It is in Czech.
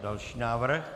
Další návrh.